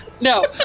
No